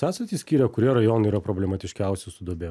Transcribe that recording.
esant išskyrę kurie rajonai yra problematiškiausi su duobėm